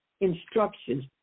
instructions